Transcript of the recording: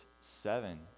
seven